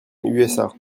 usa